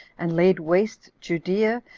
and laid waste judea,